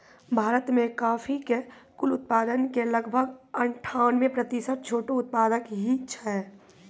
भारत मॅ कॉफी के कुल उत्पादन के लगभग अनठानबे प्रतिशत छोटो उत्पादक हीं छै